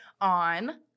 on